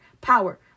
power